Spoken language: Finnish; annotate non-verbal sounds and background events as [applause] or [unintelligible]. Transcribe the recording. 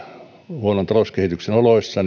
huonon talouskehityksen oloissa [unintelligible]